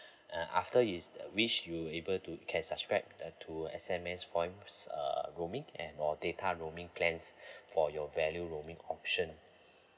uh after is uh which you'll able to you can subscribe the to S_M_S points uh roaming and or data roaming plans for your value roaming option